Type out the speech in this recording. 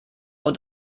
und